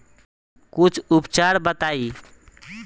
कुछ उपचार बताई?